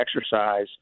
exercise